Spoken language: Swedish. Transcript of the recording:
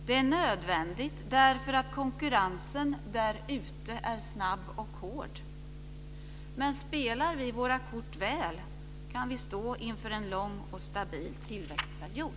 Det är nödvändigt därför att konkurrensen där ute är snabb och hård. Men spelar vi våra kort väl kan vi stå inför en lång och stabil tillväxtperiod.